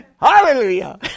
Hallelujah